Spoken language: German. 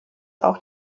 auch